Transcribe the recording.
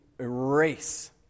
erase